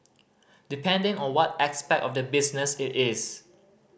depending on what aspect of the business it is